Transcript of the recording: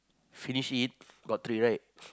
finish it got three right